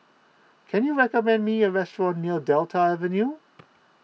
can you recommend me a restaurant near Delta Avenue